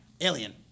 Alien